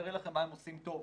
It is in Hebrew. אני אראה לכם מה הם עושים טוב,